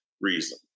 reason